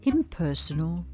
Impersonal